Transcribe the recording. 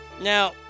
Now